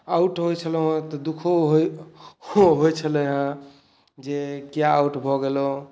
out होय छलहुॅं हैं तऽ दुखो होइ छलैहं जे किया आउट भऽ गेलहुॅं